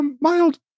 mild